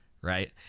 right